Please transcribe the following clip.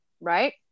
right